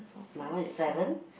my one is seven